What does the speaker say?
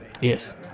Yes